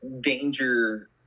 danger